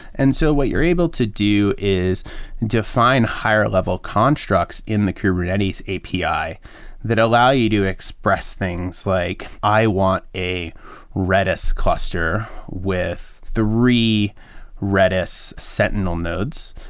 and so what you're able to do is define higher-level constructs in the kubernetes api that that allow you to express things, like i want a redis cluster with three redis sentinel nodes.